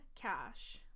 cash